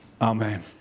Amen